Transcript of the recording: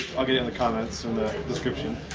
i'll get it in the comments or description.